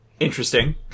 Interesting